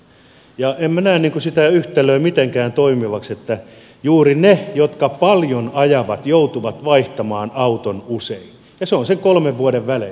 en minä näe sitä yhtälöä mitenkään toimivaksi että juuri ne jotka paljon ajavat joutuvat vaihtamaan auton usein ja se on sen kolmen vuoden välein